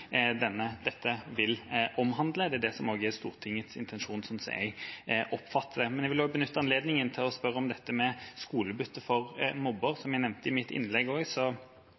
dette vil omhandle. Det er også Stortingets intensjon, slik jeg oppfatter det. Jeg vil benytte anledningen til å spørre om dette med skolebytte for mobber. Som jeg også nevnte i mitt innlegg,